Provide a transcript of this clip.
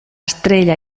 estrella